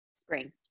Spring